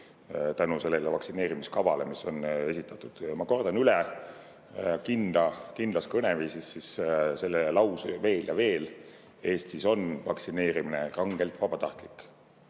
tänu vaktsineerimiskavale, mis on esitatud. Ja ma kordan kindlas kõneviisis selle lause üle veel ja veel: Eestis on vaktsineerimine rangelt vabatahtlik.